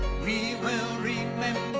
we will remember